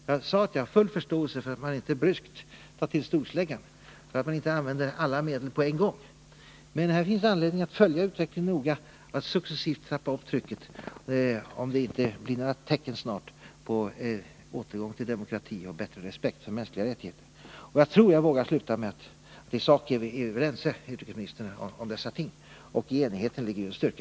Jag sade att jag har full förståelse för att man inte bryskt tar till storsläggan och att man inte använder alla medel på en gång, men här finns anledning att följa utvecklingen noga och att successivt trappa upp trycket, om det inte snart blir några tecken på en återgång till demokrati och bättre respekt för de mänskliga rättigheterna. Jag tror emellertid att jag vågar sluta med att säga att utrikesministern och jag i sak är ense om dessa ting, och i enigheten ligger styrka.